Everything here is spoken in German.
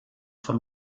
von